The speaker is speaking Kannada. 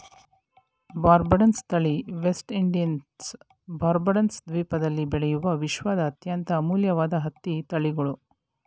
ಬಾರ್ಬಡನ್ಸ್ ತಳಿ ವೆಸ್ಟ್ ಇಂಡೀಸ್ನ ಬಾರ್ಬಡೋಸ್ ದ್ವೀಪದಲ್ಲಿ ಬೆಳೆಯುವ ವಿಶ್ವದ ಅತ್ಯಂತ ಅಮೂಲ್ಯವಾದ ಹತ್ತಿ ತಳಿಗಳು